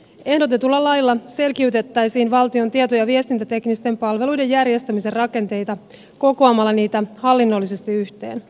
ehdotetulla lailla selkiytettäisiin valtion tieto ja viestintäteknisten palveluiden järjestämisen rakenteita kokoamalla niitä hallinnollisesti yhteen